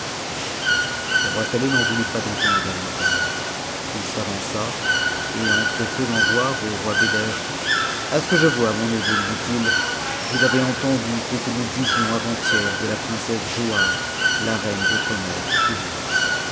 le roi sateh n'en voulut pas entendre davantage il s'avança et en fmsant voir au roi beder a ce que je vois mon neveu lui dit-il vous ex entendu ce que nous disions avant-hier de la princesse giauhare yotr mère et moi